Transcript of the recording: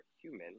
human